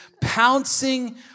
pouncing